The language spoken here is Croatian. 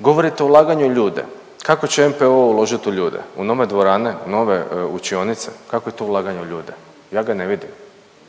Govorite o ulaganju u ljude. Kako će NPO uložit u ljude? U nove dvorane, u nove učionice, kakvo je to ulaganje u ljude? Ja ga ne vidim,